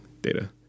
data